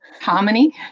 harmony